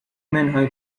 منهای